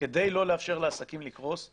כדי לא לאפשר לעסקים לקרוס,